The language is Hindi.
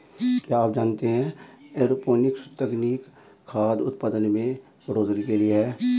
क्या आप जानते है एरोपोनिक्स तकनीक खाद्य उतपादन में बढ़ोतरी के लिए है?